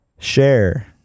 share